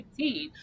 2015